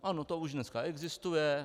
Ano, to už dneska existuje.